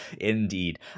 indeed